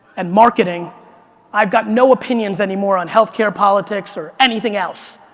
and marketing i've got no opinions anymore on healthcare, politics, or anything else.